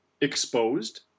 exposed